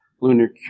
Lunar